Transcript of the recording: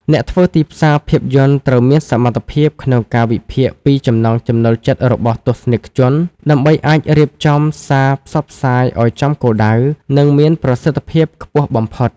អ្នកធ្វើទីផ្សារភាពយន្តត្រូវមានសមត្ថភាពក្នុងការវិភាគពីចំណង់ចំណូលចិត្តរបស់ទស្សនិកជន ដើម្បីអាចរៀបចំសារផ្សព្វផ្សាយឱ្យចំគោលដៅ និងមានប្រសិទ្ធភាពខ្ពស់បំផុត។